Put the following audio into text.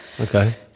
Okay